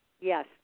Yes